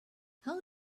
how